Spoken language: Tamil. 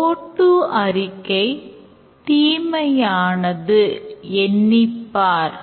கோ ட்டு அறிக்கை தீமையானது எண்ணிப்பார்